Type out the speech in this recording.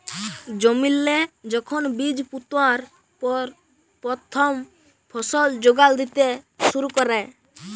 জমিল্লে যখল বীজ পুঁতার পর পথ্থম ফসল যোগাল দ্যিতে শুরু ক্যরে